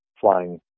flying